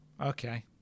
okay